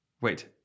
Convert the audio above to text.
wait